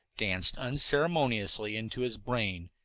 danced unceremoniously into his brain,